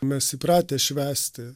mes įpratę švęsti